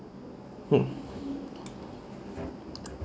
hmm